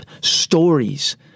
stories